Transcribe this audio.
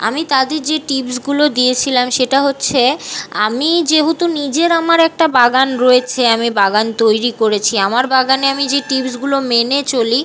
আমি তাদের যে টিপসগুলো দিয়েছিলাম সেটা হচ্ছে আমি যেহতু নিজের আমার একটা বাগান রয়েছে আমি বাগান তৈরি করেছি আমার বাগানে আমি যে টিপসগুলো মেনে চলি